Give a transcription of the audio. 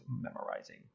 memorizing